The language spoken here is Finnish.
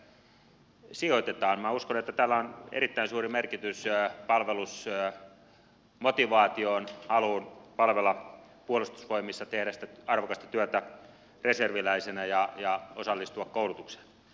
minä uskon että tällä on erittäin suuri merkitys palvelusmotivaatioon haluun palvella puolustusvoimissa tehdä sitä arvokasta työtä reserviläisenä ja osallistua koulutukseen